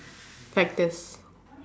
factors